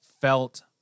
felt